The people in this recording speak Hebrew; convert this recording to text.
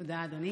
תודה, אדוני.